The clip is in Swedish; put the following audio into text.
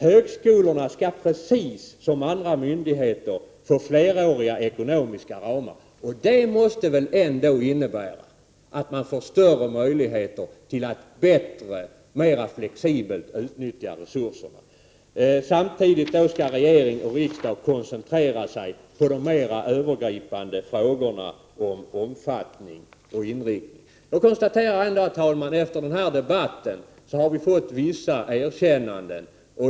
Högskolorna skall precis som andra myndigheter få fleråriga ekonomiska ramar. Det måste väl ändå innebära att man får större möjligheter till att bättre och mera flexibelt utnyttja resurserna. Samtidigt skall regering och riksdag koncentrera sig på de mera övergripande frågorna om omfattning och inriktning. Jag konstaterar ändå, herr talman, efter denna debatt, att vi fått vissa erkännanden.